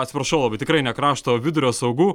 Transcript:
atsiprašau labai tikrai ne krašto o vidurio saugų